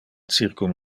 circum